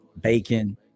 bacon